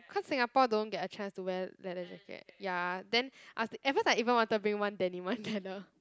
cause Singapore don't get a chance to wear leather jacket ya then I was thin~ at first I even wanted to bring one denim one leather